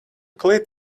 cleat